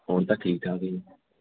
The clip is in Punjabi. ਹੁਣ ਤਾਂ ਠੀਕ ਠਾਕ ਏ